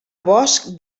bosc